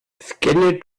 scanne